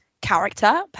character